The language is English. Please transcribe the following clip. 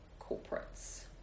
corporates